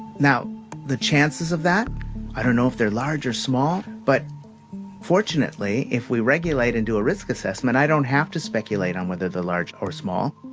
now the chances of that i don't know if they're large or small. but fortunately, if we regulate and do a risk assessment, i don't have to speculate on whether they're large or small.